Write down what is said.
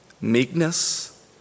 meekness